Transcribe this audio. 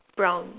brown